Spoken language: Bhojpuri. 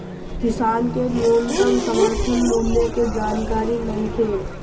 किसान के न्यूनतम समर्थन मूल्य के जानकारी नईखे